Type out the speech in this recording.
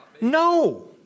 No